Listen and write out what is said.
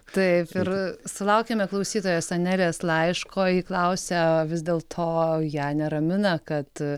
taip ir sulaukėme klausytojas anelės laiško ji klausia vis dėlto ją neramina kad